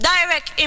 Direct